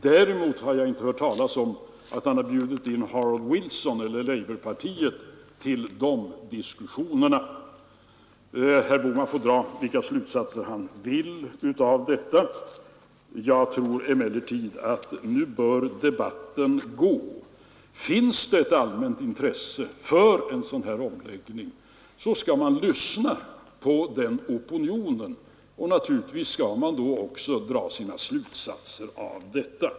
Däremot har jag inte hört talas om att han har bjudit in Harold Wilson eller labourpartiet till de diskussionerna. Herr Bohman får dra vilka slutsatser han vill av detta. Jag tror emellertid att nu bör debatten få ha sin gång. Finns det ett allmänt intresse för en sådan här omläggning, så skall man lyssna på den opinionen, och naturligtvis skall man då också dra sina slutsatser av vad som kommer fram.